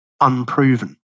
unproven